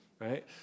Right